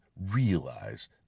realize